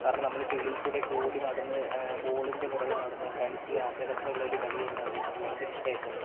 കാരണം നമ്മൾ ചെളിയിൽ കൂടിയൊക്കെ ഓടി നടന്ന് ബോളിന്റെ പുറകെ നടന്ന് കളിച്ച് നല്ല രസമുള്ള ഒരു കളിയായിരുന്നു അത് എനിക്ക് ഭയങ്കര ഇഷ്ടമായിരുന്നു